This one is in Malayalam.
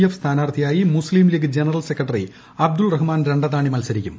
എഫ് സ്ഥാനാർത്ഥിയായി മുസ്തീം ലീഗ് ജനറൽ സെക്രട്ടറി അബ്ദുൾ റഹ്മാൻ രണ്ടത്താണി മത്സരിക്കും